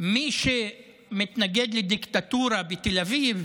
מי שמתנגד לדיקטטורה בתל אביב